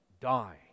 die